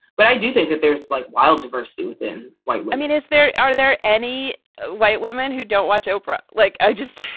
but i do think that there's like wild diversity within white i mean, is there. are there any white women who don't watch oprah? like, i just,